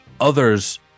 others